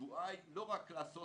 השבועה הזאת היא לא רק לעשות